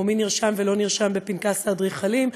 או על מי נרשם ולא נרשם בפנקס האדריכלים,